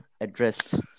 addressed